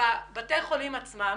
בבתי החולים עצמם,